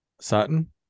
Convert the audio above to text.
Sutton